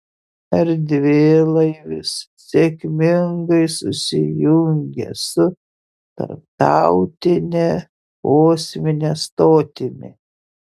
erdvėlaivis sėkmingai susijungė su tarptautine kosmine stotimi